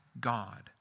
God